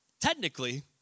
technically